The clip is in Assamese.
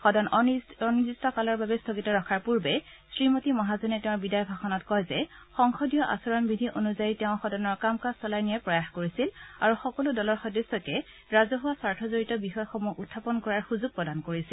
সদন অনিৰ্দিষ্ট কালৰ বাবে স্থগিত ৰখাৰ পূৰ্বে শ্ৰীমতী মহাজনে তেওঁৰ বিদায় ভাষণত কয় যে সংসদীয় আচৰণ বিধি অনুযায়ী তেওঁ সদনৰ কাম কাজ চলাই নিয়াৰ প্ৰয়াস কৰিছিল আৰু সকলো দলৰ সদস্যকে ৰাজহুৱা স্বাৰ্থ জড়িত বিষয়সমূহ উখাপন কৰাৰ সুযোগ প্ৰদান কৰিছিল